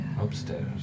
Upstairs